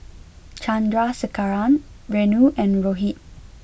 Chandrasekaran Renu and Rohit